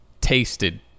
tasted